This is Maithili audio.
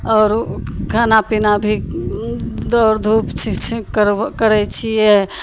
आओर खाना पिना भी दौड़धूप छै से करै छिए